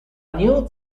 new